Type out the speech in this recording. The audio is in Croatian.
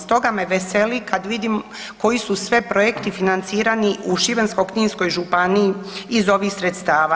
Stoga me veseli kad vidim koji su sve projekti financirani u Šibensko-kninskoj županiji iz ovih sredstava.